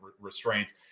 restraints